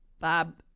Bob